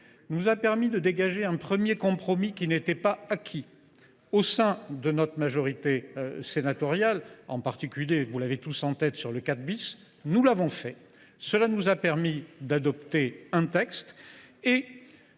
nous a permis de dégager un premier compromis qui n’était pas acquis au sein de notre majorité sénatoriale, en particulier – vous l’avez tous en tête – sur l’article 4 . Cela nous a permis d’adopter un texte que